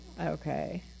Okay